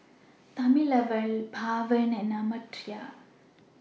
Thamizhavel Pawan and Amartya